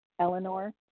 Eleanor